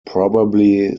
probably